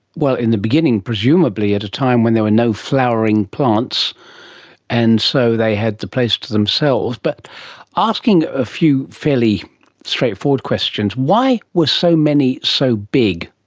well, in the beginning presumably at a time when there were no flowering plants and so they had the place to themselves. but asking a few fairly straightforward questions, why were so many so big?